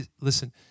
Listen